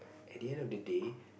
at the end of the day